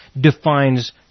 defines